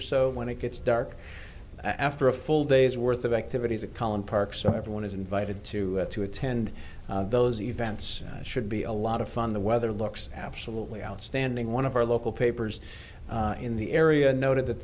or so when it gets dark after a full day's worth of activities a column park so everyone is invited to attend those events should be a lot of fun the weather looks absolutely outstanding one of our local papers in the area noted that